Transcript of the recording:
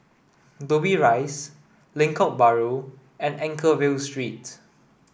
Dobbie Rise Lengkok Bahru and Anchorvale Street